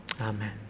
Amen